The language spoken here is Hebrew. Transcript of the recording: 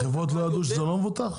החברות לא ידעו שזה לא מבוטח?